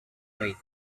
weight